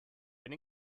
been